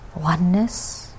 oneness